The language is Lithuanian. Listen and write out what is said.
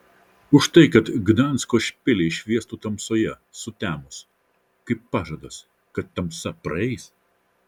už tai kad gdansko špiliai šviestų tamsoje sutemus kaip pažadas kad tamsa praeis